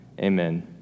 Amen